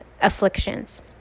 afflictions